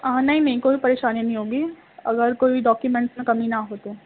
نہیں نہیں کوئی بھی پریشانی نہیں ہوگی اگر کوئی بھی ڈاکیومنٹس میں کمی نہ ہو تو